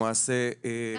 כן,